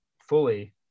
fully